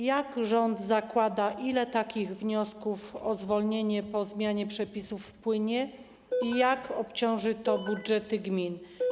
Jak rząd zakłada, ile takich wniosków o zwolnienie po zmianie przepisów wpłynie i jak obciąży to budżety gmin?